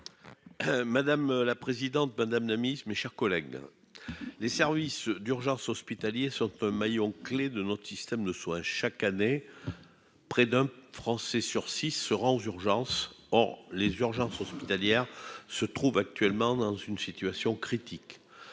Madame la présidente, madame Namyst mes chers collègues, les services d'urgence hospitaliers sont un maillon clé de notre système de soins chaque année près d'un Français sur 6 se rend aux urgences, les urgences hospitalières se trouve actuellement dans une situation critique